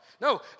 no